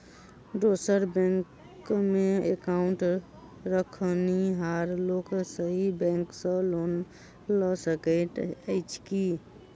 दोसर बैंकमे एकाउन्ट रखनिहार लोक अहि बैंक सँ लोन लऽ सकैत अछि की?